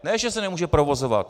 Ne že se nemůže provozovat.